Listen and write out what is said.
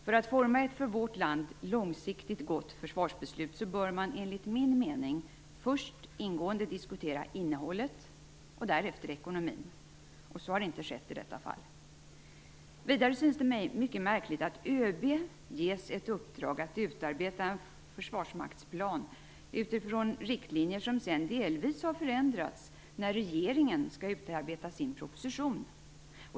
För att forma ett för vårt land långsiktigt gott försvarsbeslut, bör man enligt min mening först ingående diskutera innehållet, och därefter ekonomin. Så har inte skett i detta fall. Vidare syns det mig mycket märkligt att ÖB ges i uppdrag att utarbeta en försvarsmaktsplan utifrån riktlinjer som sedan delvis förändras när regeringen skall utarbeta sin proposition.